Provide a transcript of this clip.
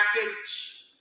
package